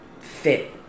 fit